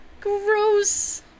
gross